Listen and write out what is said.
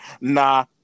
Nah